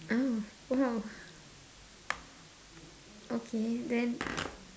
oh !wow! okay then